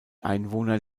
einwohner